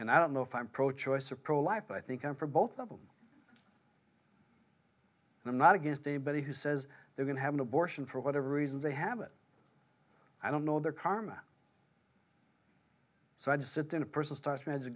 and i don't know if i'm pro choice or pro life i think i'm for both of them and i'm not against anybody who says they're going to have an abortion for whatever reasons they have it i don't know their karma so i just sit in a person s